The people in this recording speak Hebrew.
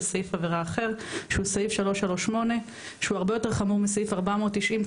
בסעיף עבירה אחר שהוא סעיף 338 שהוא הרבה יותר חמור מסעיף 490,